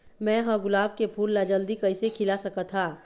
मैं ह गुलाब के फूल ला जल्दी कइसे खिला सकथ हा?